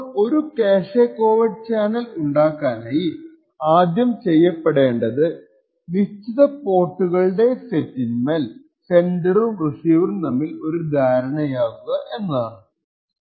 അപ്പോൾ ഒരു cache covert channel ഉണ്ടാക്കാനായി ആദ്യം ചെയ്യപ്പെടേണ്ടത് നിശ്ചിത പോർട്ടുകളുടെ സെറ്റിന്മേൽ സെൻഡറും റിസീവറും തമ്മിൽ ഒരു ധാരണയാകുക എന്നതാണ്